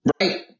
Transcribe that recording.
Right